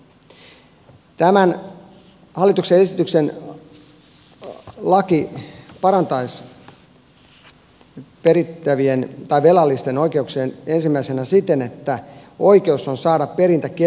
tämän hallituksen esityksen laki parantaisi velallisten oikeuksia ensimmäisenä siten että oikeus on saada perintä keskeytettyä